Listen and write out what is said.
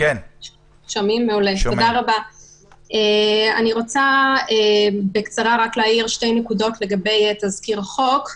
אני רוצה להעיר שתי נקודות לגבי תזכיר החוק: